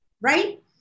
Right